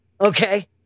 okay